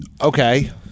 Okay